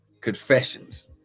Confessions